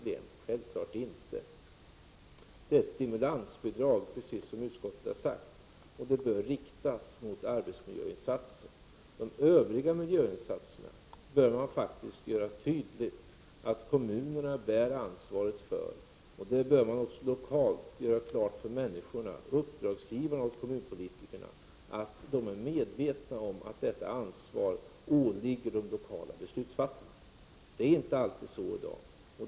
Det är ett stimulansbidrag, vilket utskottet också har sagt, som bör riktas mot arbetsmiljöinsatser. Det bör göras tydligt att kommunerna bär ansvaret för de övriga miljöinsatserna. Man bör också lokalt klargöra detta för människorna, kommunpo litikernas uppdragsgivare, så att de är medvetna om att detta ansvar åligger de lokala beslutsfattarna. Så är inte alltid fallet i dag.